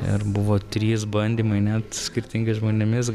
ir buvo trys bandymai net skirtingais žmonėmis